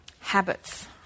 Habits